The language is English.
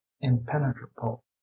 impenetrable